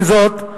עם זאת,